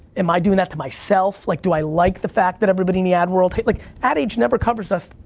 am i doing that to myself? like, do i like the fact that everybody in the ad world, like ad age never covers us,